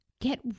Get